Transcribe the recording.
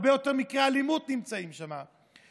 הרבה יותר מקרי אלימות נמצאים שם.